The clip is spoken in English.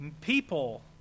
People